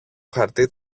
χαρτί